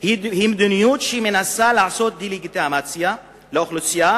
היא מדיניות שמנסה לעשות דה-לגיטימציה לאוכלוסייה